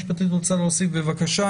אם גברתי היועצת המשפטית רוצה להוסיף, בבקשה.